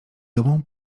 dumą